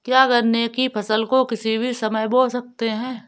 क्या गन्ने की फसल को किसी भी समय बो सकते हैं?